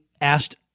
asked